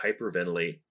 hyperventilate